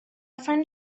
friend